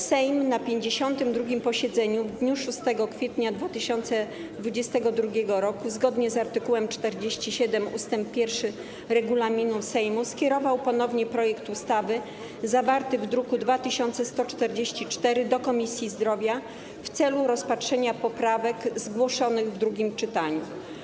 Sejm na 52. posiedzeniu w dniu 6 kwietnia 2022 r. zgodnie z art. 47 ust. 1 regulaminu Sejmu skierował ponownie projekt ustawy zawarty w druku nr 2144 do Komisji Zdrowia w celu rozpatrzenia poprawek zgłoszonych w drugim czytaniu.